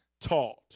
taught